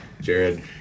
Jared